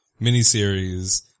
miniseries